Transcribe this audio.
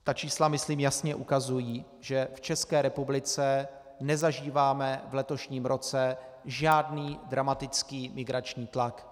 Ta čísla myslím jasně ukazují, že v České republice nezažíváme v letošním roce žádný dramatický migrační tlak.